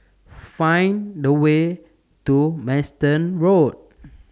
Find The Way to Manston Road